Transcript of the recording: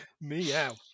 Meow